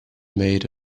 made